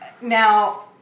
Now